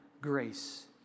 grace